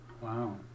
Wow